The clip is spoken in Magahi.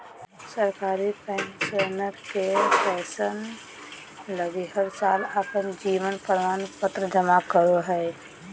सरकारी पेंशनर के पेंसन लगी हर साल अपन जीवन प्रमाण पत्र जमा करो हइ